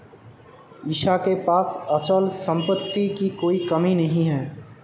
ईशा के पास अचल संपत्ति की कोई कमी नहीं है